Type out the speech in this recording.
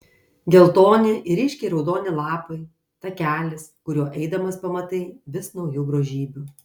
geltoni ir ryškiai raudoni lapai takelis kuriuo eidamas pamatai vis naujų grožybių